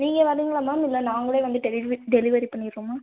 நீங்கள் வரீங்களா மேம் இல்லை நாங்களே வந்து டெலி டெலிவரி பண்ணிடறோம்மா